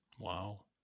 Wow